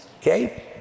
Okay